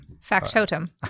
factotum